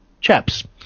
chaps